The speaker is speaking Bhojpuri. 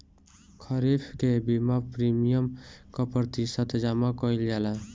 खरीफ के बीमा प्रमिएम क प्रतिशत जमा कयील जाला?